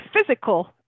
physical